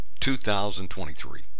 2023